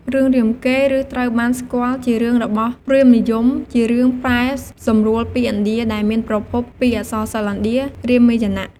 រឿងរាមកេរ្តិ៍ ឬត្រូវបានស្គាល់ជារឿងរបស់ ព្រាហ្មណ៍និយម ជារឿងប្រែសម្រួលពីឥណ្ឌា ដែលមានប្រភពពីអក្សរសិល្ប៍ឥណ្ឌា "រាមាយណៈ"។